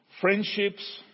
friendships